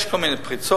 יש כל מיני פרצות